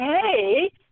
hey